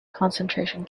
concentration